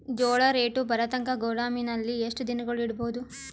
ಜೋಳ ರೇಟು ಬರತಂಕ ಗೋದಾಮಿನಲ್ಲಿ ಎಷ್ಟು ದಿನಗಳು ಯಿಡಬಹುದು?